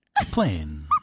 plane